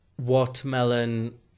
watermelon